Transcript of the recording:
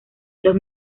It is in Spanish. los